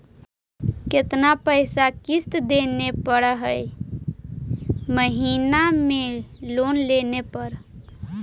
कितना पैसा किस्त देने पड़ है महीना में लोन लेने पर?